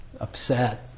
upset